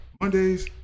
Mondays